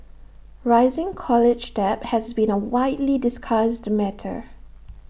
rising college debt has been A widely discussed matter